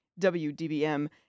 WDBM